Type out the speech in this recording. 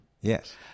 Yes